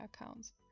accounts